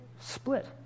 split